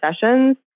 sessions